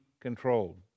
controlled